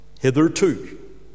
Hitherto